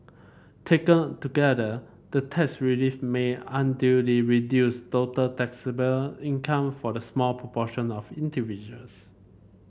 taken together the tax relief may unduly reduce total taxable income for the small proportion of individuals